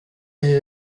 iki